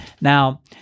now